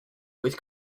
with